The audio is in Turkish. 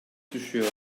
düşüyor